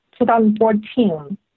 2014